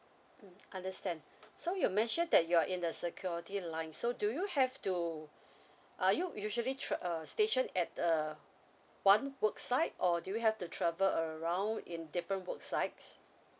understand so you mentioned that you're in the security line so do you have to are you usually tra~ uh stationed at a one worksite or do you have to travel around in different worksites